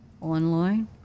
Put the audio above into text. online